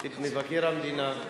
את מבקר המדינה,